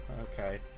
Okay